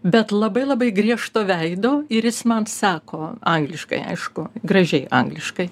bet labai labai griežto veido ir jis man sako angliškai aišku gražiai angliškai